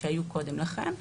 שהיו קודם לכן,